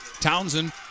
Townsend